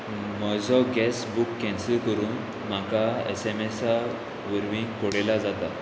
म्हजो gas book cancel करून म्हाका एस एम एसा वरवीं कोळेल्या जाता